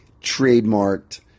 trademarked